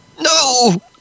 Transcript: No